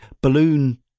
balloon